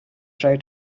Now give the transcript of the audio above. try